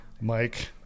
Mike